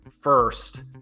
first